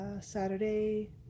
Saturday